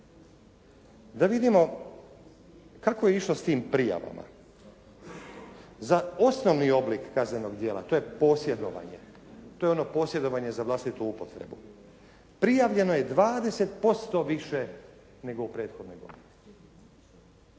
Da vidimo kako je išlo s tim prijavama. Za osnovni oblik kaznenog djela, to je posjedovanje. To je ono posjedovanje za vlastitu upotrebu. Prijavljeno je 20% više nego u prethodnoj godini.